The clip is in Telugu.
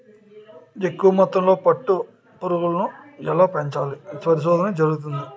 ఎక్కువ మొత్తంలో పట్టు పురుగులను ఎలా పెంచాలో పరిశోధన జరుగుతంది